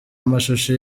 amashusho